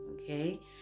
okay